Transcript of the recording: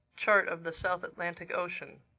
chart of the south atlantic ocean.